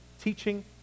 teaching